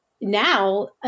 now